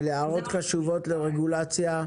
אלה הערות חשובות לרגולציה,